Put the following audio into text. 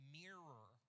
mirror